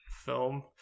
film